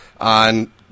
on